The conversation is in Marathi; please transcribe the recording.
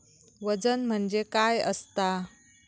वजन म्हणजे काय असता?